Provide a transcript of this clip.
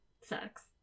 sucks